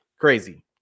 crazy